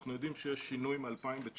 אנחנו יודעים שיש שינוי מ-2019,